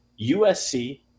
USC